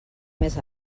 més